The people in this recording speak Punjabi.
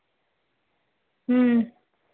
ਹਮ